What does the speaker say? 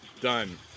Done